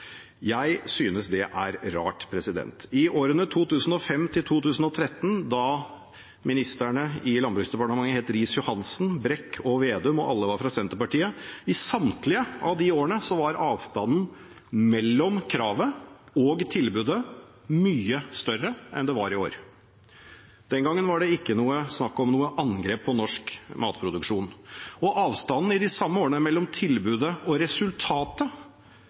Jeg synes det er rart. I samtlige av årene 2005–2013, da ministerne i Landbruksdepartementet het Riis-Johansen, Brekk og Vedum, og alle var fra Senterpartiet, var avstanden mellom kravet og tilbudet mye større enn i år. Den gangen var det ikke snakk om noe angrep på norsk matproduksjon. De samme årene var avstanden mellom tilbudet og resultatet